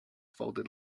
folded